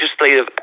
legislative